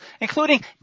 including